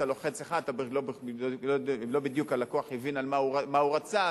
אתה לוחץ 1. הלקוח לא בדיוק הבין מה שהוא רצה,